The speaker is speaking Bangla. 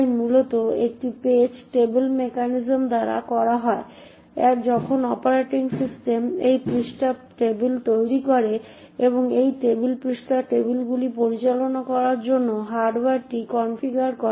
তাই মূলত এটি পেজ টেবিল মেকানিজম দ্বারা করা হয় যখন অপারেটিং সিস্টেম এই পৃষ্ঠা টেবিল তৈরি করে এবং এই টেবিল পৃষ্ঠা টেবিলগুলি পরিচালনা করার জন্য হার্ডওয়্যারটি কনফিগার করে